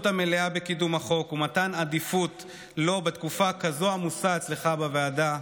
המלאה בקידום החוק ומתן עדיפות בתקופה כזאת עמוסה אצלך בוועדה,